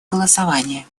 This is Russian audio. голосования